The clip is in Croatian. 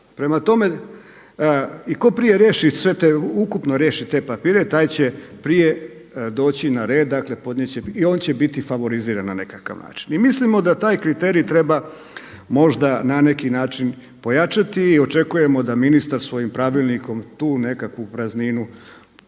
Prema tome i tko prije riješi sve te, ukupno riješi te papire taj će prije doći na red. Dakle, podnijet će i on će biti favoriziran na nekakav način. I mislimo da taj kriterij treba možda na neki način pojačati i očekujemo da ministar svojim pravilnikom tu nekakvu prazninu